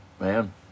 Man